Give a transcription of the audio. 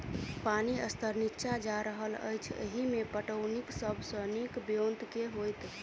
पानि स्तर नीचा जा रहल अछि, एहिमे पटौनीक सब सऽ नीक ब्योंत केँ होइत?